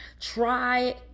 try